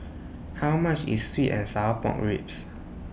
How much IS Sweet and Sour Pork Ribs